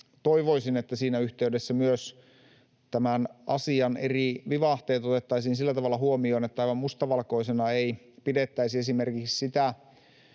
toivoisin, että siinä yhteydessä myös tämän asian eri vivahteet otettaisiin sillä tavalla huomioon, että aivan mustavalkoisena ei pidettäisi esimerkiksi sitä